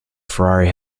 ferrari